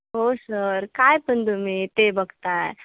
हो सर काय पण तुम्ही ते बघताय